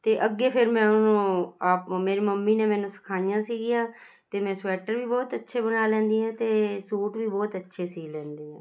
ਅਤੇ ਅੱਗੇ ਫੇਰ ਮੈਂ ਉਹਨੂੰ ਆਪ ਮੇਰੀ ਮੰਮੀ ਨੇ ਮੈਨੂੰ ਸਿਖਾਈਆਂ ਸੀਗੀਆਂ ਅਤੇ ਮੈਂ ਸਵੈਟਰ ਵੀ ਬਹੁਤ ਅੱਛੇ ਬਣਾ ਲੈਂਦੀ ਹੈ ਅਤੇ ਸੂਟ ਵੀ ਬਹੁਤ ਅੱਛੇ ਸੀ ਲੈਂਦੀ ਹੈ